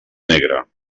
negra